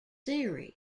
series